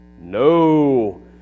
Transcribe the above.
No